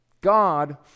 God